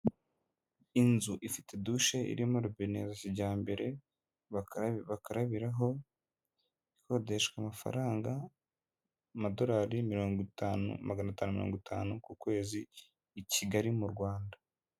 Inzu ifite dushe irimo robine za kijyambere bakarabiraho ikodeshwa amafaranga amadolari mirongo itanu maganatanu mirongo itanu ku kwezi i Kigali mu Rwanda.